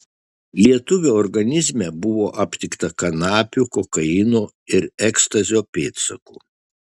lietuvio organizme buvo aptikta kanapių kokaino ir ekstazio pėdsakų